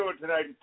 tonight